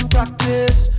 Practice